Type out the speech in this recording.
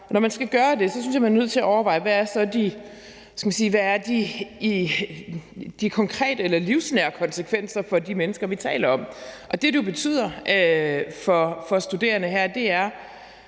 Når man skal gøre det, synes jeg at man er nødt til at overveje, hvad der så er de konkrete eller livsnære konsekvenser for de mennesker, vi taler om. Det, det jo betyder for studerende, er, at dem,